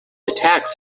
attacks